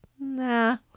nah